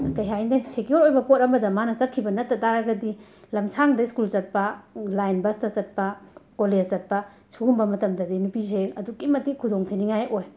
ꯀꯩ ꯍꯥꯏꯅꯤ ꯁꯤꯀ꯭ꯌꯣꯔ ꯑꯣꯏꯕ ꯄꯣꯠ ꯑꯃꯗ ꯃꯥꯅ ꯆꯠꯈꯤꯕ ꯅꯠꯇꯕ ꯇꯥꯔꯒꯗꯤ ꯂꯝꯁꯥꯡꯗ ꯁ꯭ꯀꯨꯜ ꯆꯠꯄ ꯂꯥꯏꯟ ꯕꯁꯇ ꯆꯠꯄ ꯀꯣꯂꯦꯁ ꯆꯠꯄ ꯁꯤꯒꯨꯝꯕ ꯃꯇꯝꯗꯗꯤ ꯅꯨꯄꯤꯁꯦ ꯑꯗꯨꯛꯀꯤ ꯃꯇꯤꯛ ꯈꯨꯗꯣꯡꯊꯤꯅꯤꯡꯉꯥꯏ ꯑꯣꯏ